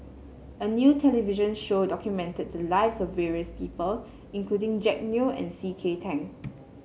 a new television show documented the lives of various people including Jack Neo and C K Tang